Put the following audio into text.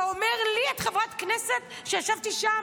ואומר לי: את חברת כנסת שישבתי שם,